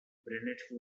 brunette